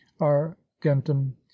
argentum